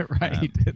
Right